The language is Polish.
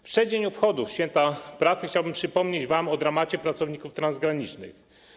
W przeddzień obchodów święta pracy chciałbym przypomnieć wam o dramacie pracowników transgranicznych.